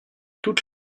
toute